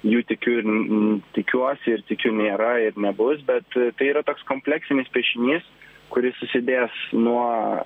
jų tikiu ir tikiuosi ir tikiu nėra ir nebus bet tai yra toks kompleksinis piešinys kuris susidės nuo